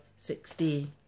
Sixty